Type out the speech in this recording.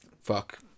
fuck